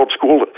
school